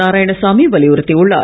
நாராயணசாமி வலியுறுத்தியுள்ளார்